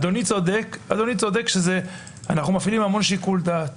אדוני צודק, אנחנו מפעילים המון שיקול דעת